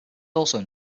also